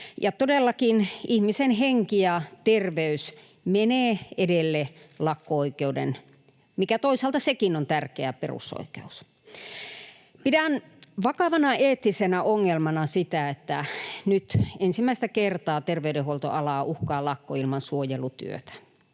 Todellakin ihmisen henki ja terveys menevät edelle lakko-oikeuden, joka toisaalta sekin on tärkeä perusoikeus. [Jukka Gustafsson: Kyllä!] Pidän vakavana eettisenä ongelmana sitä, että nyt ensimmäistä kertaa terveydenhuoltoalaa uhkaa lakko ilman suojelutyötä.